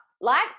likes